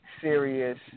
serious